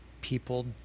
people